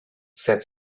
said